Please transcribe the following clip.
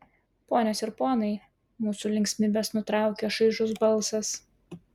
ponios ir ponai mūsų linksmybes nutraukia šaižus balsas